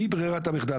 מי ברירת המחדל?